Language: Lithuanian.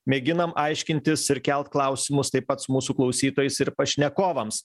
mėginam aiškintis ir kelt klausimus taip pat su mūsų klausytojais ir pašnekovams